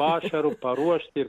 pašaro paruošti